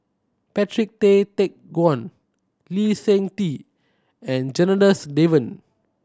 Patrick Tay Teck Guan Lee Seng Tee and Janadas Devan